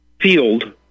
field